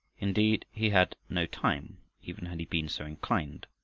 indeed he had no time, even had he been so inclined.